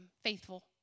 faithful